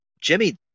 Jimmy